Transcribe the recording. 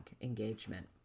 engagement